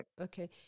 Okay